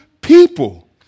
people